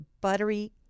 buttery